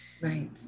right